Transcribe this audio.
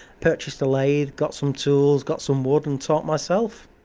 purchased a lathe, got some tools, got some wood and taught myself.